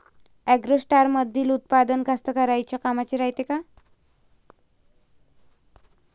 ॲग्रोस्टारमंदील उत्पादन कास्तकाराइच्या कामाचे रायते का?